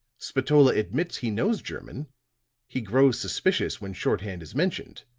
spatola admits he knows german he grows suspicious when shorthand is mentioned.